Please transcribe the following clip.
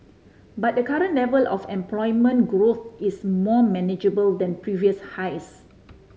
but the current level of employment growth is more manageable than previous highs